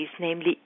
namely